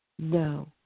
No